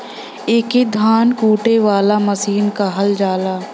एके धान कूटे वाला मसीन कहल जाला